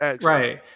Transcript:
Right